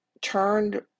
turned